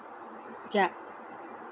ya